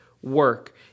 work